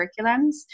curriculums